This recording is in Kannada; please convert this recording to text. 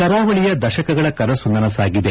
ಕರಾವಳಿಯ ದಶಕಗಳ ಕನಸು ನನಸಾಗಿದೆ